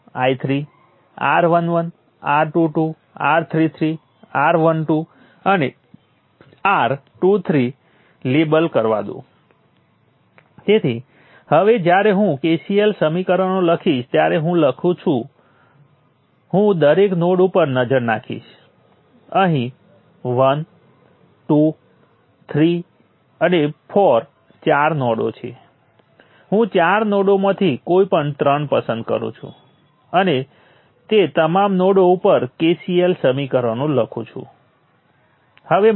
અને પછી આ કોમ્પોનન્ટો માટે કે જે બે નોડ વચ્ચે જોડાયેલા છે જે રેફરન્સ નોડ છે તેની આજુબાજુનો વોલ્ટેજ બે node voltage V1 minus V2 વચ્ચેનો તફાવત હશે